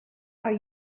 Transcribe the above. are